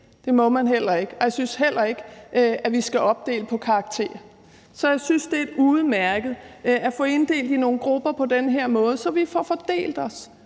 det må man heller ikke – og jeg synes heller ikke, at vi skal opdele på karakterer. Så jeg synes, at det er udmærket at få inddelt i nogle grupper på den her måde, så vi får fordelt os